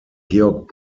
georg